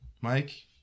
Mike